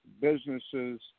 businesses